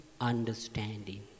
understanding